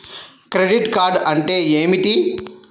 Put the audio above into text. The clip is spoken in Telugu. క్రెడిట్ కార్డ్ అంటే ఏమిటి?